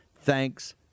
Thanks